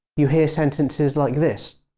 you hear sentences like this